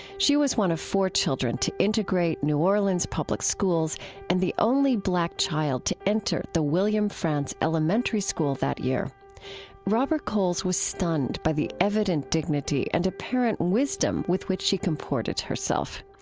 she was one of four children to integrate new orleans public schools and the only black child to enter the william frantz elementary school that year robert coles was stunned by the evident dignity and apparent wisdom with which she comported herself.